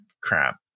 crap